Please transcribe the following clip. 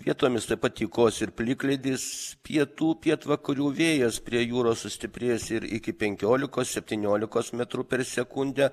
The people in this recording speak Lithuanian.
vietomis taip pat tykos ir plikledis pietų pietvakarių vėjas prie jūros sustiprės ir iki penkiolikos septyniolikos metrų per sekundę